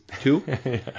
Two